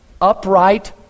upright